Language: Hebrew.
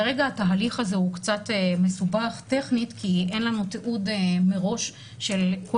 כרגע התהליך הזה הוא קצת מסובך טכנית כי אין לנו תיעוד מראש של כל